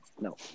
no